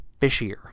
fishier